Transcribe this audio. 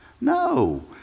No